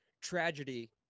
tragedy